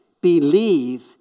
believe